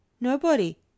Nobody